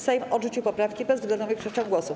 Sejm odrzucił poprawki bezwzględną większością głosów.